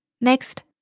Next